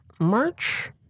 March